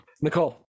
Nicole